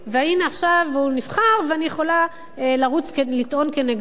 והנה עכשיו הוא נבחר ואני יכולה לרוץ לטעון כנגדו